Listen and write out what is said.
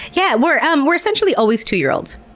yeah, we're um we're essentially always two-year-olds.